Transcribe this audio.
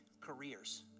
careers